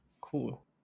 cool